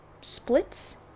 splits